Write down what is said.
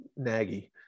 naggy